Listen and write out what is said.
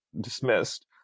dismissed